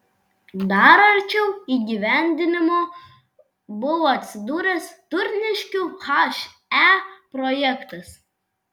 dar arčiau įgyvendinimo buvo atsidūręs turniškių he projektas